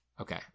Okay